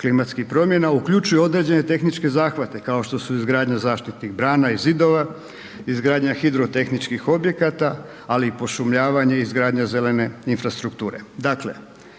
klimatskih promjena, uključuju određene tehničke zahvate, kao što su izgradnja zaštitnih brana i zidova, izgradnja hidrotehničkih objekata, ali i pošumljavanje i izgradnja zelene infrastrukture.